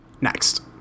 Next